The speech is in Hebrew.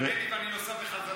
תענה לי ואני נוסע בחזרה.